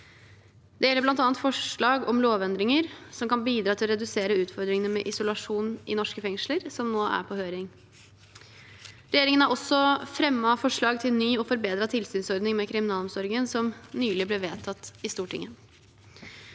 Det gjelder bl.a. forslag om lovendringer som kan bidra til å redusere utfordringene med isolasjon i norske fengsler, som nå er på høring. Regjeringen har også fremmet forslag til ny og forbedret tilsynsordning med kriminalomsorgen, som nylig ble vedtatt i Stortinget.